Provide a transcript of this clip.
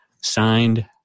Signed